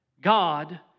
God